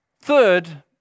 Third